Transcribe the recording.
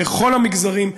בכל המגזרים,